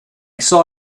saw